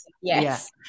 Yes